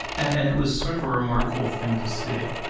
and and it was sort of a remarkable thing to see.